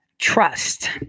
trust